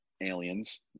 aliens